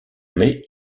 mai